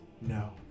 No